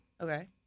Okay